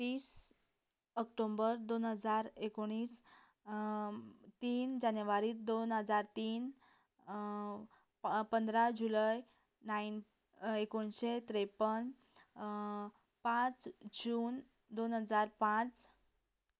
एकतीस ऑक्टोबर दोन हजार एकोणीस तीन जानेवारी दोन हजार तीन पंदरा जुलय नायन एकोणशे त्रेपन पांच जून दोन हजार पांच